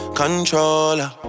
controller